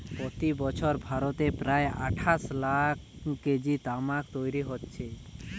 প্রতি বছর ভারতে প্রায় আটশ লাখ কেজি তামাক তৈরি হচ্ছে